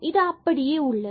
இது அப்படியே உள்ளது